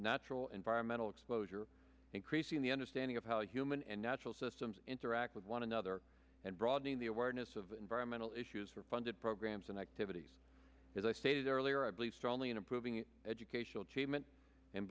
natural environmental exposure increasing the understanding of how human and natural systems interact with one another and broadening the awareness of environmental issues for funded programs and activities as i stated earlier i believe strongly in improving educational achievement and